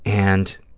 and,